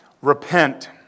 Repent